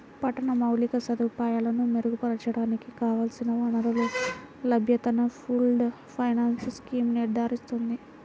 పట్టణ మౌలిక సదుపాయాలను మెరుగుపరచడానికి కావలసిన వనరుల లభ్యతను పూల్డ్ ఫైనాన్స్ స్కీమ్ నిర్ధారిస్తుంది